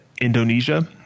Indonesia